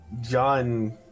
John